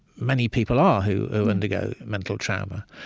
many people are who undergo mental trauma.